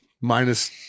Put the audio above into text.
minus